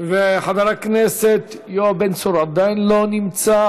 חבר הכנסת יואב בן צור, עדיין לא נמצא.